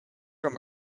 from